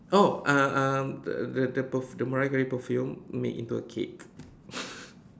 oh um um the the the perf~ the Mariah-Carey perfume made into a cake